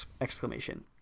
exclamation